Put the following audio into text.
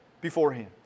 beforehand